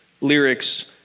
lyrics